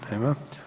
Nema.